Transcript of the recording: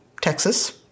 Texas